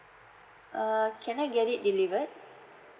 uh can I get it delivered